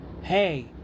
Hey